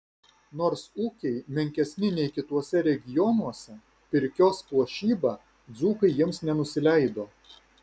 nors ūkiai menkesni nei kituose regionuose pirkios puošyba dzūkai jiems nenusileido